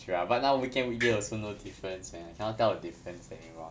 true ah but now weekend weekday also no difference man cannot tell the difference anymore